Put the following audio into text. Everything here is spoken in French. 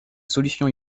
solutions